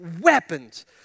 weapons